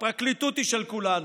הפרקליטות היא של כולנו,